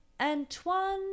Antoine